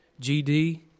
GD